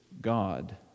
God